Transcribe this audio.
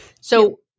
So-